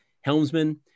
Helmsman